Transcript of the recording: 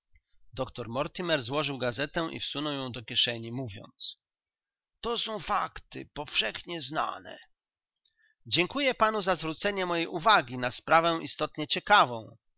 doktor mortimer złożył gazetę i wsunął ją do kieszeni mówiąc to są fakty powszechnie znane dziękuję panu za zwrócenie mojej uwagi na sprawę istotnie ciekawą